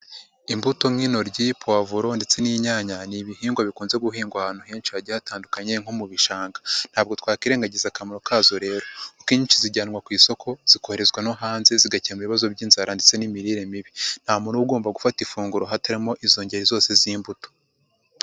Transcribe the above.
Imbuto nk'intoryi, puwavuro ndetse n'inyanya ni ibihingwa bikunze guhingwa ahantu henshi hagiye hatandukanye nko mu bishanga, ntabwo twakirerengagiza akamaro kazo rero akenshi zijyanwa ku isoko zikoherezwa no hanze zigakemura ibibazo by'inzara ndetse n'imirire mibi, nta muntu uba agomba gufata ifunguro hatarimo izo ngeri zose z'imbuto.